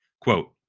Quote